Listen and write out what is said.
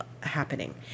happening